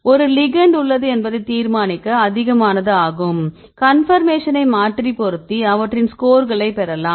ஒரு லிகெண்ட் உள்ளது என்பதை தீர்மானிக்க அதிகமானது ஆகும் கன்பர்மேஷன்னை மாற்றி பொருத்தி அவற்றின் ஸ்கோர்களை பெறலாம்